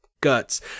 guts